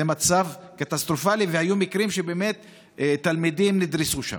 זה מצב קטסטרופלי, והיו מקרים שתלמידים נדרסו שם.